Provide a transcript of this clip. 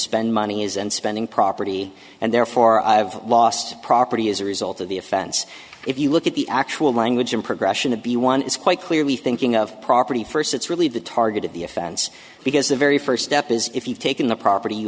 spend money is and spending property and therefore i have lost property as a result of the offense if you look at the actual language and progression of b one is quite clearly thinking of property first it's really the target of the offense because the very first step is if you've taken the property you